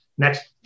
Next